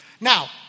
Now